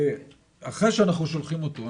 אחרי שאנחנו שולחים אותו,